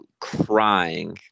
crying